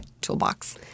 toolbox